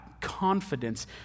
confidence